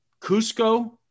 Cusco